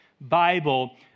Bible